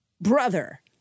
brother